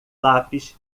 lápis